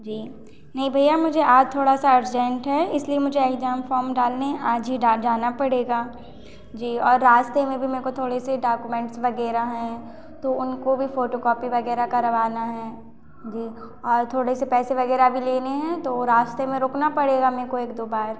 जी नहीं भैया मुझे आज थोड़ा सा अर्जेंट है इसलिए मुझे एग्जाम फॉम डालने आज ही डा जाना पड़ेगा जी और रास्ते में भी मेरे को थोड़े से डाकुमेंट्स वगैरह हैं तो उनको भी फोटोकॉपी वगैरह करवाना हैं जी और थोड़े से पैसे वगैरह भी लेने हैं तो वो रास्ते में रुकना पड़ेगा मेरे को एक दो बार